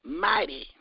mighty